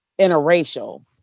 interracial